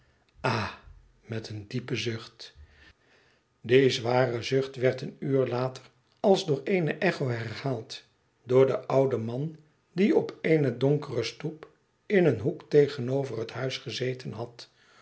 ah met een diepen zucht die zware zucht werd een uur later als door eene echo herhaald door den ouden man die op eene donkere stoep in een hoek tegenover het huis gezeten had